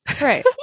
Right